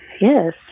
Yes